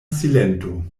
silento